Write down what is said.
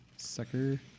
Sucker